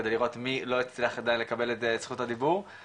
כדי לראות מי לא הצליח עדיין לקבל את זכות הדיבור,